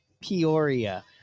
Peoria